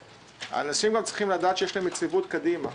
אנשים צריכים לדעת שיש להם יציבות קדימה,